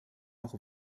noch